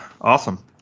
Awesome